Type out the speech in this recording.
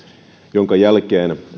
minkä jälkeen